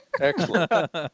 Excellent